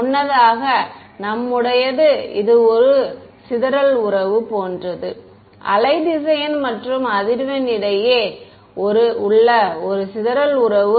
முன்னதாக நம்முடையது இது ஒரு சிதறல் உறவு போன்றது வேவ் வெக்டர் மற்றும் அதிர்வெண் இடையே ஒரு உள்ள சிதறல் உறவு